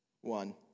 one